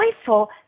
joyful